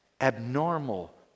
abnormal